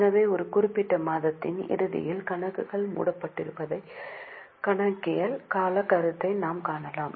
எனவே ஒரு குறிப்பிட்ட மாதத்தின் இறுதியில் கணக்குகள் மூடப்படுவதைக் கணக்கியல் காலக் கருத்தை நாம் காணலாம்